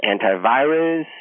antivirus